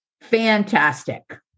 Fantastic